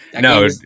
No